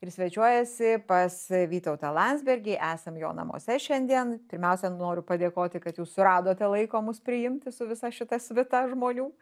ir svečiuojasi pas vytautą landsbergį esam jo namuose šiandien pirmiausia noriu padėkoti kad jūs suradote laiko mus priimti su visa šita svita žmonių